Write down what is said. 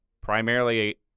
primarily